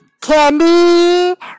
Candy